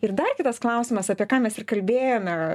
ir dar kitas klausimas apie ką mes ir kalbėjome